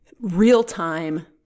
real-time